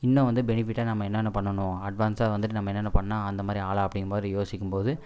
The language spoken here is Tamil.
இன்னும் வந்து பெனிஃபிட்டாக நம்ம என்னென்ன பண்ணணும் அட்வான்ஸாக வந்துவிட்டு நம்ம என்னென்ன பண்ணால் அந்தமாதிரி ஆளாக அப்படிங்கிற மாதிரி யோசிக்கும்போது